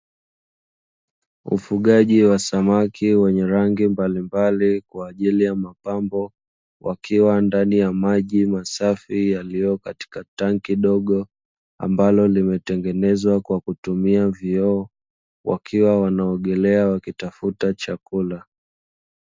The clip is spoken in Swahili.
Ufugaji wa samaki wenye rangi mbalimbali kwa ajili ya mapambo wakiwa ndani ya maji masafi yaliyo katika tanki dogo ambalo limetengenezwa kwa kutumia vioo, wakiwa wanaogelea wakitafuta chakula.